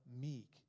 meek